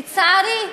לצערי,